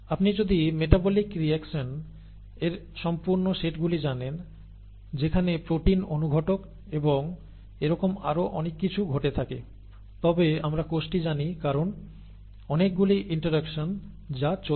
আপনি যদি metabolic reaction এর সম্পূর্ণ সেট গুলি জানেন যেখানে প্রোটিন অনুঘটক এবং এরকম আরও অনেক কিছু ঘটে থাকে তবে আমরা কোষটি জানি কারণ অনেকগুলি ইন্টারাকশন যা চলছে